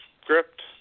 script